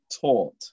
taught